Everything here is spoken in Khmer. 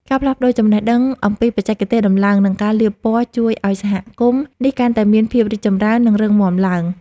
ការផ្លាស់ប្តូរចំណេះដឹងអំពីបច្ចេកទេសដំឡើង និងការលាបពណ៌ជួយឱ្យសហគមន៍នេះកាន់តែមានភាពរីកចម្រើន និងរឹងមាំឡើង។